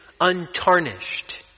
untarnished